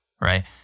right